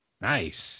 Nice